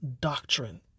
doctrine